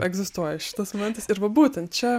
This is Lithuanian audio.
egzistuoja šitas momentas ir va būtent čia